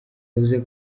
yavuze